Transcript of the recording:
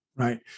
Right